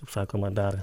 kaip sakoma dar